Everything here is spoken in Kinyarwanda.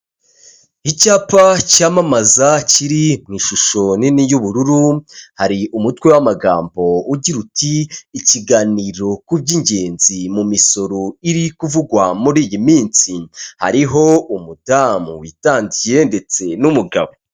Icyapa cyamamaza kiri mu ishusho nini y'ubururu hari umutwe w'amagambo ugira uti ikiganiro ku by'ingenzi mu misoro iri kuvugwa muri iyi minsi, hariho umudamu witandiye ndetse n'umugabo.